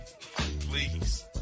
Please